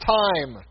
time